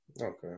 Okay